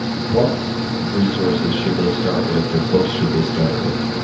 what resources should they start with or books should they start with?